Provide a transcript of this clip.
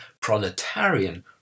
proletarian